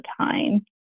time